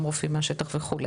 גם רופאים מהשטח וכו',